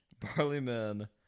Barleyman